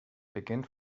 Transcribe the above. beginnt